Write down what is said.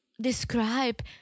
describe